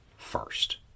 first